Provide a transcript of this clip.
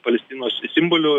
palestinos simboliu